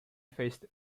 faced